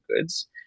goods